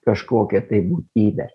kažkokią tai būtybę